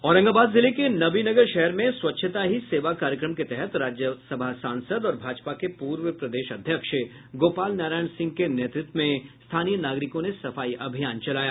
औरंगाबाद जिले के नबीनगर शहर में स्वच्छता ही सेवा कार्यक्रम के तहत राज्यसभा सांसद और भाजपा के पूर्व प्रदेश अध्यक्ष गोपाल नारायण सिंह के नेतृत्व में स्थानीय नागरिकों ने सफाई अभियान चलाया